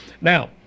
Now